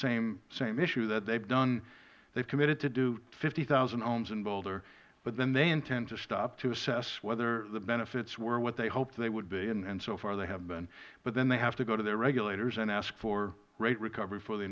the same issue that they have committed to do fifty thousand homes in boulder but then they intend to stop to assess whether the benefits were what they had hoped they would be and so far they have been but then they have to go to their regulators and ask for rate recovery for the